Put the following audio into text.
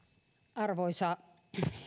arvoisa